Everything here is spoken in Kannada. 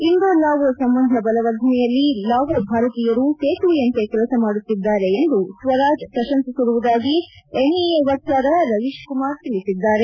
ಇಂಡೊ ಲಾವೋ ಸಂಬಂಧ ಬಲವರ್ಧನೆಯಲ್ಲಿ ಲಾವೋ ಭಾರತೀಯರು ಸೇತುವೆಯಂತೆ ಕೆಲಸ ಮಾಡುತ್ತಿದ್ದಾರೆ ಎಂದು ಸ್ನ ರಾಜ್ ಪ್ರಶಂಸಿಸಿರುವುದಾಗಿ ಎಂಇಎ ವಕ್ಕಾರ ರವೀಶ್ ಕುಮಾರ್ ತಿಳಿಸಿದ್ದಾರೆ